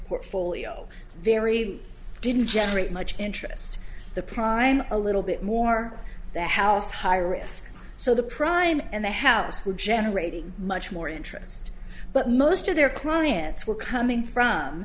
portfolio very didn't generate much interest the prime a little bit more the house higher risk so the prime and the house who generating much more interest but most of their clients were coming from